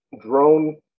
drone